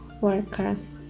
workers